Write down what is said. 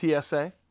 TSA